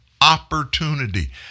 opportunity